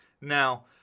Now